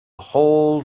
whole